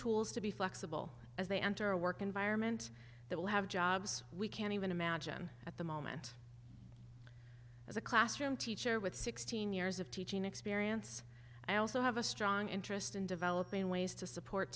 tools to be flexible as they enter a work environment that will have jobs we can even imagine at the moment as a classroom teacher with sixteen years of teaching experience i also have a strong interest in developing ways to support